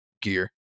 gear